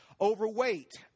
overweight